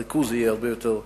הריכוז יהיה הרבה יותר גדול.